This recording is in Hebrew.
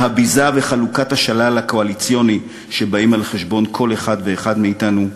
על הביזה וחלוקת השלל הקואליציוני שבאות על חשבון כל אחד ואחד מאתנו,